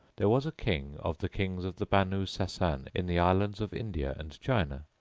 there was a king of the kings of the banu sasan in the islands of india and china,